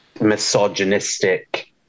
misogynistic